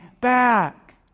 back